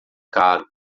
caro